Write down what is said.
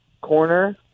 corner